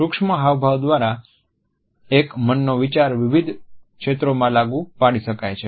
સૂક્ષ્મ હાવભાવ દ્વારા એક મનનો વિચાર વિવિધ ક્ષેત્રોમાં લાગુ પાડી શકાય છે